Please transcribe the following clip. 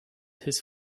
his